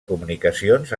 comunicacions